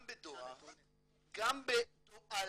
גם בדואר, גם בדוא"ל,